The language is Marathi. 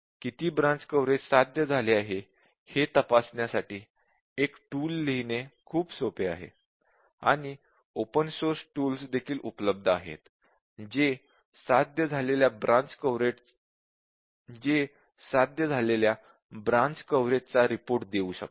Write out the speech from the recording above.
किती ब्रांच कव्हरेज साध्य झाले आहे हे तपासण्यासाठी एक टूल लिहिणे खूप सोपे आहे आणि ओपन सोर्स टूल्स देखील उपलब्ध आहेत जे साध्य झालेल्या ब्रांच कव्हरेज चा रिपोर्ट देऊ शकतात